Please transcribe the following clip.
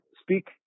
speak